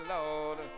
Lord